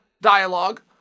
dialogue